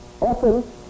often